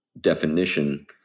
definition